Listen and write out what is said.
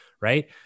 right